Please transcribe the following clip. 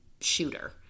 shooter